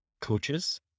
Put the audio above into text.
coaches